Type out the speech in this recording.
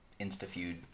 insta-feud